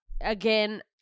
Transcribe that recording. again